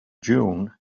dune